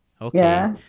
Okay